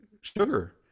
sugar